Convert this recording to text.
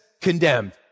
condemned